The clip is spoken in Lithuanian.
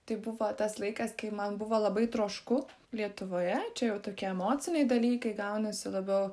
tai buvo tas laikas kai man buvo labai trošku lietuvoje čia jau tokie emociniai dalykai gaunasi labiau